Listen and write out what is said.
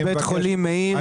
בבית-חולים מאיר,